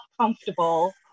comfortable